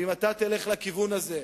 ואם אתה תלך לכיוון הזה,